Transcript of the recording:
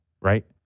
Right